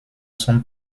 son